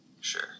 sure